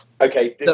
Okay